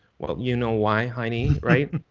you know why heini, right?